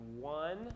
one